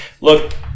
look